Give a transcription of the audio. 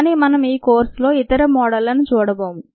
కానీ మనం ఈ కోర్సులో ఇతర మోడళ్లను చూడబోము